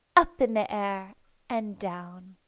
up in the air and down!